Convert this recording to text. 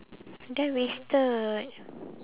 then wasted